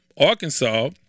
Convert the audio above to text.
Arkansas